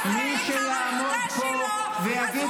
וזה ----- מי שיעמוד פה -- כן,